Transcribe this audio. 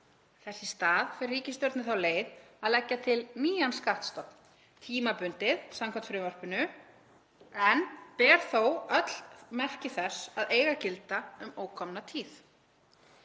Þess í stað fer ríkisstjórnin þá leið að leggja til nýjan skattstofn, tímabundið samkvæmt frumvarpinu en hann ber þó öll merki þess að eiga að gilda um ókomna tíð.